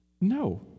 no